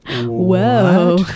whoa